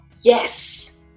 Yes